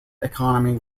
economy